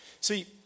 See